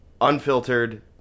unfiltered